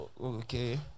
Okay